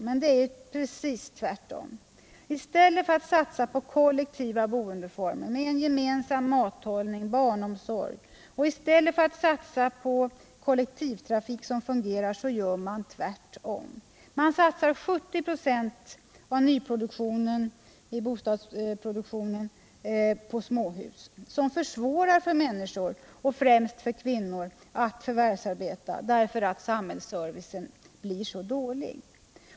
Men det är precis tvärtom. I stället för att satsa på kollektiva boendeformer med gemensam mathållning och barnomsorg, och i stället för att satsa på kollektivtrafik som fungerar, så gör man tvärtom. Man satsar 70 96 av bostadsproduktionen på småhus, som försvårar för människor och främst för kvinnor att förvärvsarbeta, därför att samhällsservicen blir dålig.